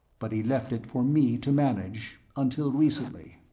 but he left it for me to manage, until recently.